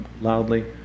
loudly